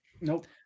Nope